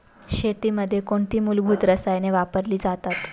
शेतीमध्ये कोणती मूलभूत रसायने वापरली जातात?